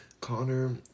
connor